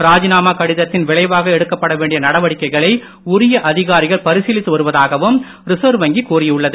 ராஜினாமா கடிதத்தின் விளைவாக எடுக்கப்பட வேண்டிய நடவடிக்கைகளை உரிய அதிகாரிகள் பரிசீலித்து வருவதாகவும் ரிசர்வ் வங்கி கூறியுள்ளது